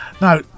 Now